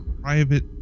private